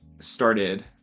started